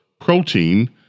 protein